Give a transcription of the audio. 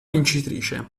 vincitrice